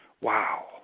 wow